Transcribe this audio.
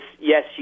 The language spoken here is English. yes